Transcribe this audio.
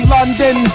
London